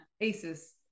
Aces